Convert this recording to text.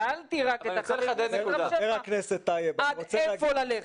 שאלתי רק עד איפה ללכת.